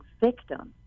victims